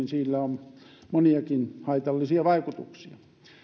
sillä on moniakin haitallisia vaikutuksia